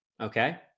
okay